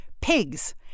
Pigs